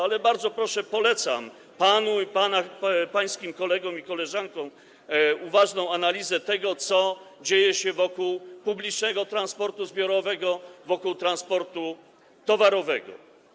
Ale bardzo proszę, polecam panu i pańskim kolegom i koleżankom uważną analizę tego, co dzieje się wokół publicznego transportu zbiorowego, wokół transportu towarowego.